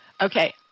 Okay